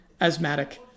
asthmatic